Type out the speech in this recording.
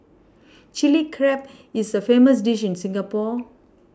Chilli Crab is a famous dish in Singapore